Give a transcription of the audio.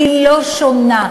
היא לא שונה.